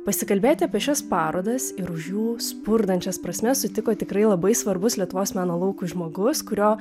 pasikalbėti apie šias parodas ir už jų spurdančias prasmes sutiko tikrai labai svarbus lietuvos meno laukui žmogus kurio